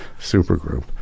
supergroup